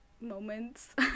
moments